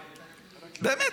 באמת,